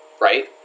right